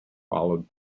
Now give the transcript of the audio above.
followed